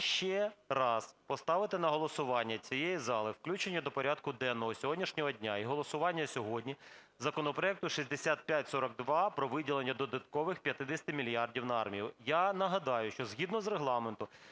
ще раз поставити на голосування цієї зали включення до порядку денного сьогоднішнього дня і голосування сьогодні законопроекту 5642 про виділення додаткових 50 мільярдів на армію. Я нагадаю, що згідно з Регламентом